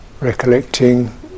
recollecting